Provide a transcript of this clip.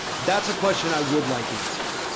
that's a question i would like answered